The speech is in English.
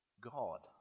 God